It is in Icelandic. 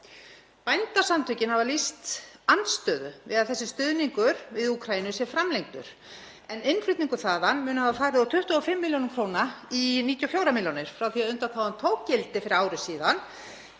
Bændasamtökin hafa lýst andstöðu við að þessi stuðningur við Úkraínu sé framlengdur en innflutningur þaðan mun hafa farið úr 25 millj. kr. í 94 millj. kr. frá því að undanþágan tók gildi fyrir ári síðan.